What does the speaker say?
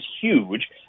huge